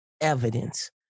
evidence